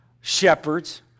shepherds